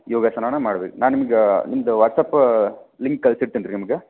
ಯೋಗಾಸನನ್ನ ಮಾಡ್ಬೇಕು ನಾನು ನಿಮ್ಗೆ ನಿಮ್ದು ವಾಟ್ಸಪ್ಪ ಲಿಂಕ್ ಕಳ್ಸಿರ್ತೇನೆ ರೀ ನಿಮ್ಗೆ